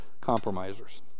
compromisers